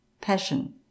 passion